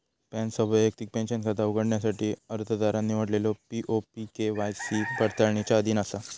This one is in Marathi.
पॅनसह वैयक्तिक पेंशन खाता उघडण्यासाठी अर्जदारान निवडलेलो पी.ओ.पी के.वाय.सी पडताळणीच्या अधीन असा